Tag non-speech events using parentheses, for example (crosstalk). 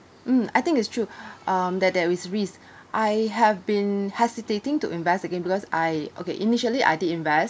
mm I think it's true (breath) um that there is risk I have been hesitating to invest again because I okay initially I did invest